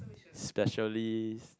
specially